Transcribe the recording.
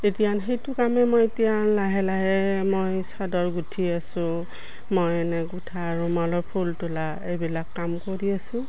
তেতিয়া সেইটো কামেই মই এতিয়া লাহে লাহে মই চাদৰ গুঠি আছোঁ মই এনে গোঁঠা আৰু মলৰ ফুল তোলা এইবিলাক কাম কৰি আছোঁ